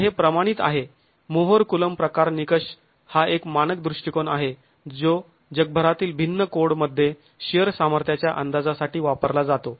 तर हे प्रमाणित आहे मोहर कुलोंब प्रकार निकष हा एक मानक दृष्टीकोन आहे जो जगभरातील भिन्न कोडमध्ये शिअर सामर्थ्याच्या अंदाजासाठी वापरला जातो